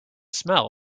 smell